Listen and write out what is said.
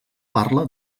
parla